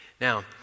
Now